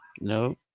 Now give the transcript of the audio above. No